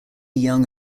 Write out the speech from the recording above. young